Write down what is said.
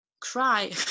cry